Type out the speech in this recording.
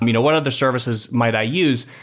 you know what other services might i use?